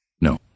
No